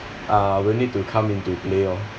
uh will need to come into play lor